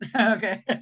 Okay